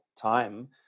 time